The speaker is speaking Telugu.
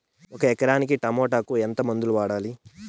ఒక ఎకరాకి టమోటా కు ఎంత మందులు వాడాలి?